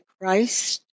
Christ